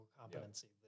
competency